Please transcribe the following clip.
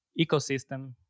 ecosystem